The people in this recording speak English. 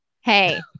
Hey